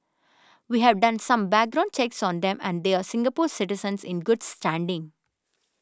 we have done some background checks on them and they are Singapore citizens in good standing